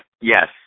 yes